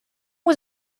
was